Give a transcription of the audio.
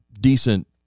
decent